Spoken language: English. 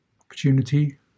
opportunity